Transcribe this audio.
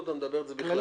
או שאתה אומר את זה בכלל?